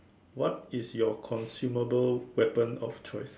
what is your consumable weapon of choice